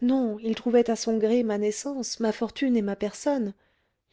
non il trouvait à son gré ma naissance ma fortune et ma personne